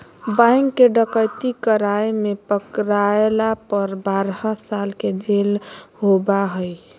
bank डकैती कराय में पकरायला पर बारह साल के जेल होबा हइ